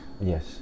Yes